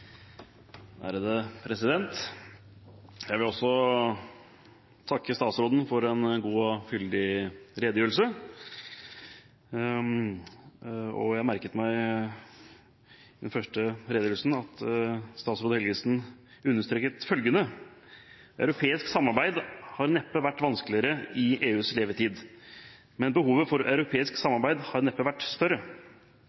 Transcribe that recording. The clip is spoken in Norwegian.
vert av. Jeg vil også takke statsråden for en god og fyldig redegjørelse. Jeg merket meg først i redegjørelsen at statsråd Helgesen understreket følgende: «Europeisk samarbeid har neppe vært vanskeligere i EUs levetid. Men behovet for europeisk samarbeid har neppe vært større.